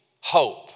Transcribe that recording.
hope